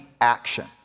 action